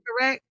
Correct